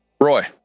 Roy